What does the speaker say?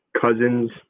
Cousins